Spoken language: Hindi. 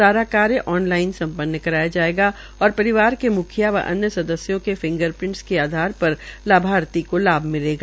सारा कार्य ऑनलाइन संपन्न कराया जायेगा और परिवार के मुखिया व अन्य सदस्यों के फिंगर प्रिंट के आधार पर लाभार्थी को लाभ मिलेगा